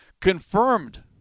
confirmed